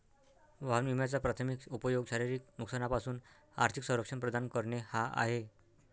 वाहन विम्याचा प्राथमिक उपयोग शारीरिक नुकसानापासून आर्थिक संरक्षण प्रदान करणे हा आहे